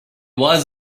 was